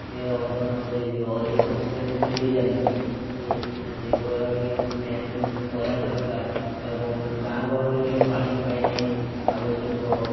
ଏ ହନ୍ତସନ୍ତ ହୋଇଯିବ ଅଧେ ଲୋକ ତ ବେହୋସ୍ ବି ହୋଇଯାନ୍ତି ସେହିଭଳି ଫ୍ୟାନ୍ କରେଣ୍ଟ୍ ଦରକାର ଏବଂ ଗାଁ ଗହଳିରେ ପାଣି ପାଇଁ ଆବଶ୍ୟକ